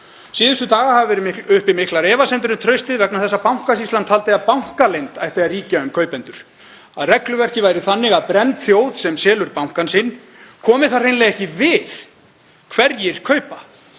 Síðustu daga hafa verið uppi miklar efasemdir um traustið vegna þess að Bankasýslan taldi að bankaleynd ætti að ríkja um kaupendur, að regluverkið væri þannig að brenndri þjóð sem selur bankann sinn komi það hreinlega ekki við hverjir kaupa.